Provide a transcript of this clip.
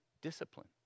discipline